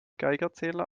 geigerzähler